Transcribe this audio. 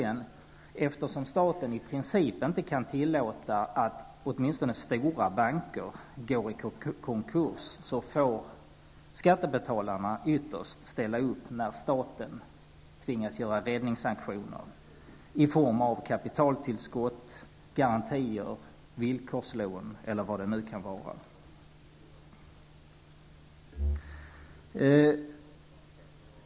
Eftersom staten i princip inte kan tillåta att åtminstone stora banker går i konkurs, får skattebetalarna, slutligen, ytterst ställa upp när staten tvingas göra räddningsaktioner i form av kapitaltillskott, garantier, villkorslån eller vad det nu kan vara.